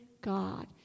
God